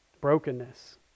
brokenness